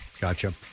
gotcha